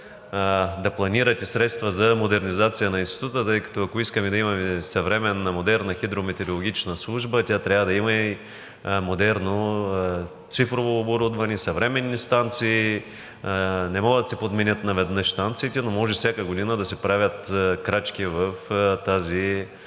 да планирате средства за модернизация на Института, тъй като, ако искаме да имаме съвременна, модерна хидрометеорологична служба, тя трябва да има и модерно цифрово оборудване, съвременни станции. Не могат да се подменят наведнъж станциите, но може всяка година да се правят крачки в тази посока.